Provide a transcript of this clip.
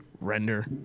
render